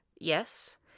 Yes